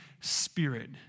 Spirit